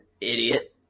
Idiot